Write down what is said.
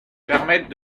permet